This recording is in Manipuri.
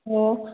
ꯑꯣ